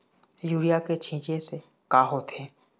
Urea के छींचे से का होथे?